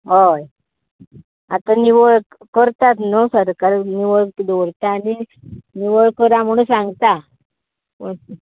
हय आता निवळ करतात न्हू सरकार निवळ दवरता आनी निवळ करात म्हण सांगता